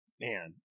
man